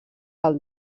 del